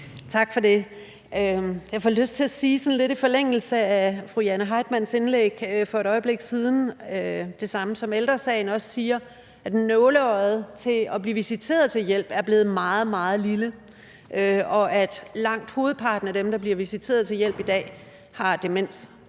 Tak for det. Jeg får lyst til at sige sådan lidt i forlængelse af fru Jane Heitmanns indlæg for et øjeblik siden – det samme som Ældre Sagen også siger – nemlig at nåleøjet til at blive visiteret til hjælp er blevet meget, meget lille, og at langt hovedparten af dem, der bliver visiteret til hjælp i dag, har demens